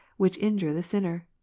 which injure the sinner?